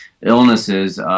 illnesses